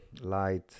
light